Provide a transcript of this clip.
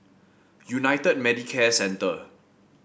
United Medicare Centre